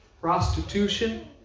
prostitution